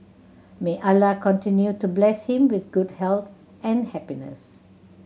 may Allah continue to bless him with good health and happiness